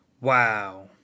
Wow